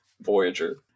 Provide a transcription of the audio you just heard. Voyager